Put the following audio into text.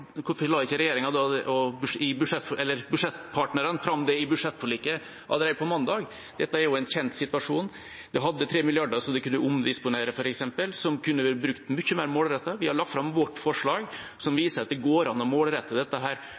det i budsjettforliket allerede på mandag? Dette er jo en kjent situasjon. Man hadde f.eks. 3 mrd. kr en kunne omdisponere, som kunne vært brukt mye mer målrettet. Vi har lagt fram vårt forslag, som viser at det går an å målrette dette